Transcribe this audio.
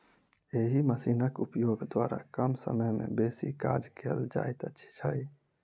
एहि मशीनक उपयोग द्वारा कम समय मे बेसी काज कयल जाइत छै